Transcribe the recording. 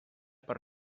per